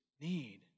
need